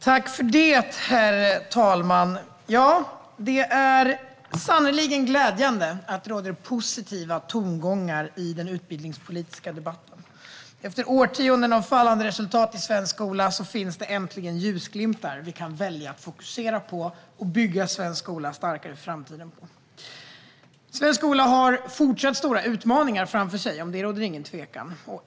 Herr talman! Ja, det är sannerligen glädjande att det råder positiva tongångar i den utbildningspolitiska debatten. Efter årtionden av fallande resultat i svensk skola finns det äntligen ljusglimtar vi kan välja att fokusera på, och vi kan bygga svensk skola starkare för framtiden. Svensk skola har fortsatt stora utmaningar framför sig. Om det råder ingen tvekan.